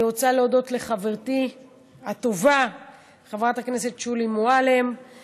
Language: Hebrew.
אני רוצה להודות לחברתי הטובה חברת הכנסת שולי מועלם-רפאלי,